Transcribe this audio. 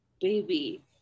baby